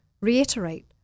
Reiterate